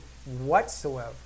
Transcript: Whatsoever